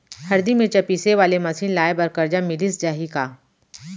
हरदी, मिरचा पीसे वाले मशीन लगाए बर करजा मिलिस जाही का?